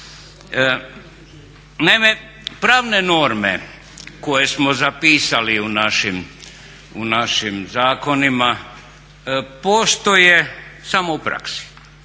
Naime, pravne norme koje smo zapisali u našim zakonima postoje samo u praksi,